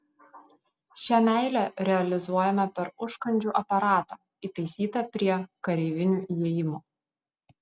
šią meilę realizuojame per užkandžių aparatą įtaisytą prie kareivinių įėjimo